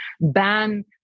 ban